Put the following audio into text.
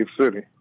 city